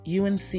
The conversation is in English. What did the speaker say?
UNC